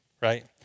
right